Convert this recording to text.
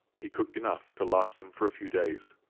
he cooked enough to last him for a few days.